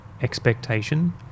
expectation